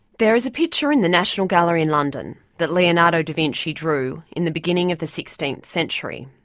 there is a picture in the national gallery in london that leonardo da vinci drew in the beginning of the sixteenth century,